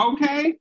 Okay